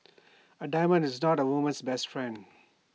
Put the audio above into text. A diamond is not A woman's best friend